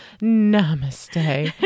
namaste